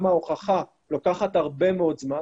גם ההוכחה לוקחת הרבה מאוד זמן.